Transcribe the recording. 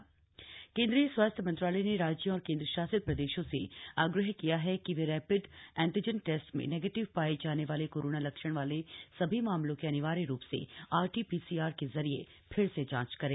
स्वास्थ्य मंत्रालय कोरोना केन्द्रीय स्वास्थ्य मंत्रालय ने राज्यों और केन्द्रशासित प्रदेशों से आग्रह किया है कि वे रेणिड एंटीजन टेस्ट में नेगेटिव शये जाने वाले कोरोना लक्षण वाले सभी मामलों की अनिवार्य रू से आरटी ीसीआर के जरिये फिर से जांच करें